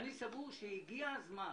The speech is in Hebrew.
אני סבור שהגיע הזמן,